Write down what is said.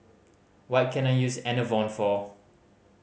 what can I use Enervon for